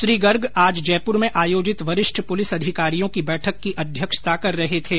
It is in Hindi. श्री गर्ग आज जयपुर में आयोजित वरिष्ठ अधिकारियों की बैठक की अध्यक्षता कर रहे थे